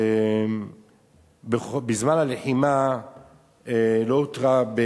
בזמן הלחימה לא הותרה,